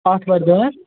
آتھٕوارِ دۄہ حظ